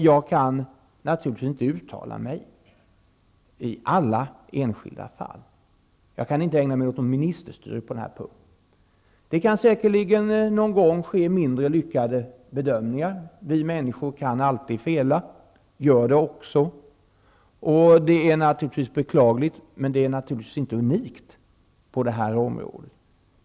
Jag kan naturligtvis inte uttala mig i alla enskilda fall, för jag kan inte ägna mig åt något ministerstyre. Det kan säkerligen någon gång ske mindre lyckade bedömningar. Vi människor kan alltid fela, och det gör vi också. Det är naturligtvis beklagligt om det sker, men det är inte unikt för det här området.